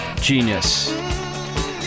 genius